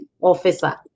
Officer